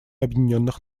объединенных